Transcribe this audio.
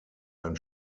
ein